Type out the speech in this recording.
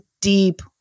deep